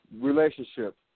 relationship